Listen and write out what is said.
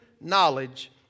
knowledge